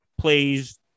plays